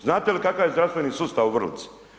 Znate li kakav je zdravstveni sustav u Vrlici?